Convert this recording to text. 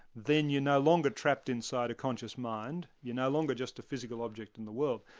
then you're no longer trapped inside a conscious mind, you're no longer just a physical object in the world.